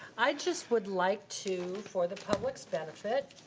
i just would like to, for the public's benefit,